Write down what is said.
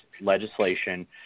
legislation